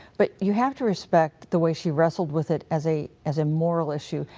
but you have to respect the way she wrestled with it as a as a moral issue,